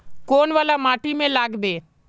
कौन वाला माटी में लागबे?